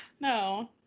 No